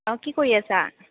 অঁ কি কৰি আছা